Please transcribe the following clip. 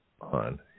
on